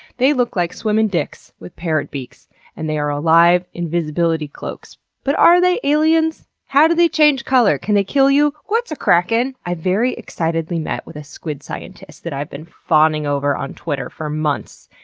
they look like swimmin' dicks with parrot beaks and they are alive, invisibility cloaks. but are they aliens? how do they change color? can they kill you? what's a kraken! i very excitedly met with a squid scientist that i've been fawning over on twitter for months,